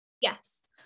Yes